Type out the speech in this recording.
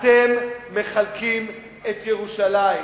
אתם מחלקים את ירושלים.